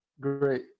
Great